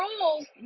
rules